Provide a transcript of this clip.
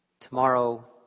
tomorrow